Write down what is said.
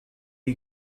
you